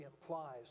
implies